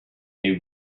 they